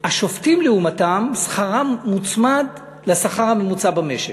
השופטים לעומתם, שכרם מוצמד לשכר הממוצע במשק.